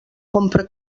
compra